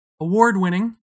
award-winning